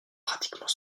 pratiquement